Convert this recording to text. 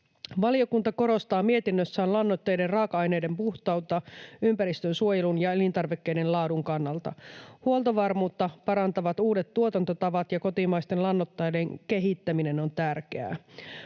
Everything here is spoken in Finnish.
Valiokunta korostaa mietinnössään lannoitteiden raaka-aineiden puhtautta ympäristönsuojelun ja elintarvikkeiden laadun kannalta. Huoltovarmuutta parantavat uudet tuotantotavat, ja kotimaisten lannoitteiden kehittäminen on tärkeää.